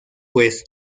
pues